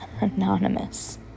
Anonymous